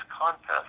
contest